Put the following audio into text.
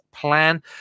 Plan